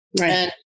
Right